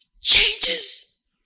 changes